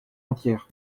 entière